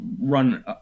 run